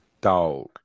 dog